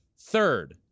Third